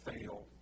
fail